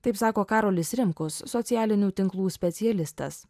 taip sako karolis rimkus socialinių tinklų specialistas